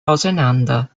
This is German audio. auseinander